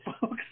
folks